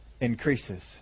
increases